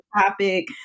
topic